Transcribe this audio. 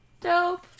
Dope